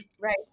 right